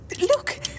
look